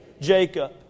Jacob